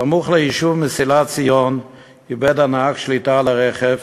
סמוך ליישוב מסילת-ציון איבד הנהג שליטה על הרכב,